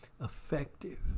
effective